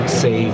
say